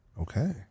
Okay